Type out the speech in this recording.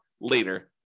later